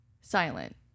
silent